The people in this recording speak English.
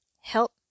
help